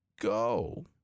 go